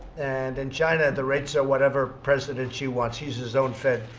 and, in china, the rates are whatever president xi wants. he's his own fed.